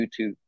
YouTube